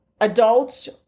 adults